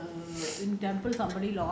அன்னைக்கு வந்து:annaiku vanthu